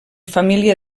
família